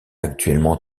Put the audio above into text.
actuellement